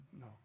no